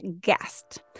guest